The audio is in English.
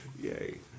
Yay